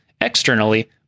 Externally